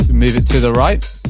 move it to the right,